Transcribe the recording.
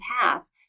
path